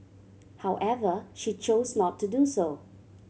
however she chose not to do so